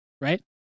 Right